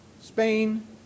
Spain